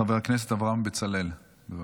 חבר הכנסת אברהם בצלאל, בבקשה.